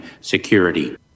security